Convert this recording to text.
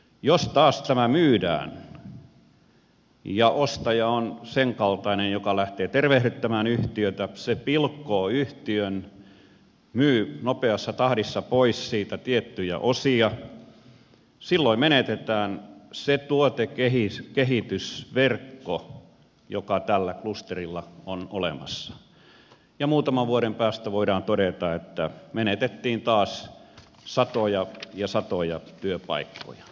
jos taas tämä myydään ja ostaja on sen kaltainen että se lähtee tervehdyttämään yhtiötä se pilkkoo yhtiön myy nopeassa tahdissa pois siitä tiettyjä osia silloin menetetään se tuotekehitysverkko joka tällä klusterilla on olemassa ja muutaman vuoden päästä voidaan todeta että menetettiin taas satoja ja satoja työpaikkoja